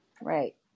Right